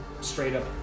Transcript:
straight-up